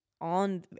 on